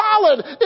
solid